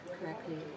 correctly